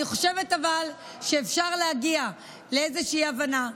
אבל אני חושבת שאפשר להגיע לאיזושהי הבנה.